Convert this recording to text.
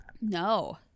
no